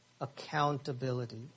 accountability